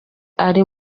ari